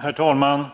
Herr talman!